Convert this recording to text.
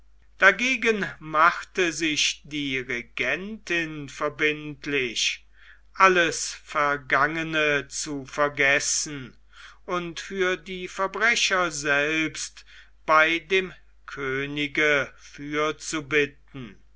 dagegen machte sich die regentin verbindlich alles vergangene zu vergessen und für die verbrecher selbst bei dem könige